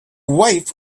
wife